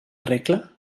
regla